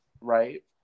right